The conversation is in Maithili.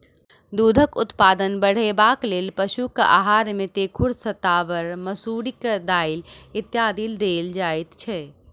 दूधक उत्पादन बढ़यबाक लेल पशुक आहार मे तेखुर, शताबर, मसुरिक दालि इत्यादि देल जाइत छै